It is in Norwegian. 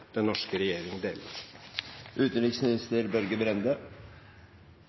den norske regjeringen deler?